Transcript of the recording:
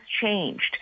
changed